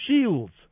shields